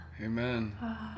Amen